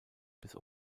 bis